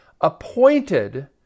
appointed